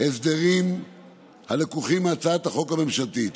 הסדרים הלקוחים מהצעת החוק הממשלתית.